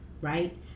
right